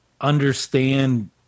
understand